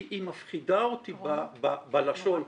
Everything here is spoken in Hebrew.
היא מפחידה אותי בלשון,